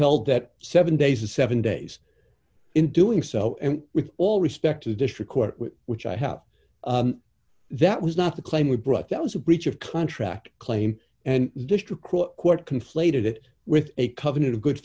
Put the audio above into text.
held that seven days is seven days in doing so and with all respect to the district court which i have that was not the claim we brought that was a breach of contract claim and the district court conflated it with a covenant of good